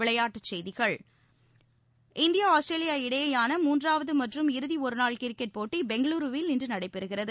விளையாட்டுச்செய்திகள் India Australia இடையேயான மூன்றாவது மற்றும் இறுதி ஒருநாள் கிரிக்கெட் போட்டி பெங்களூருவில் இன்று நடைபெறுகிறது